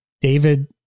David